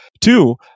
Two